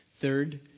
Third